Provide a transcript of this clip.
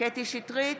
קטי קטרין שטרית,